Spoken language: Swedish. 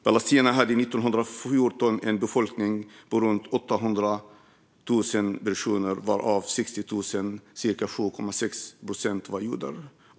Palestina hade 1914 en befolkning på runt 800 000 personer varav 60 000, cirka 7,6 procent, var judar.